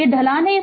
तो यह ढलान है